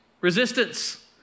resistance